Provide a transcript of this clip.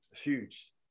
Huge